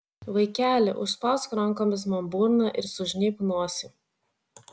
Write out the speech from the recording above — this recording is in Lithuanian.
vaikeli užspausk rankomis man burną ir sužnybk nosį